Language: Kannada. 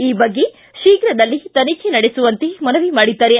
ಈ ಬಗ್ಗೆ ತೀಪ್ರದಲ್ಲೇ ತನಿಖೆ ನಡೆಸುವಂತೆ ಮನವಿ ಮಾಡಿದ್ದಾರೆ